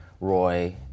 Roy